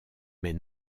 mais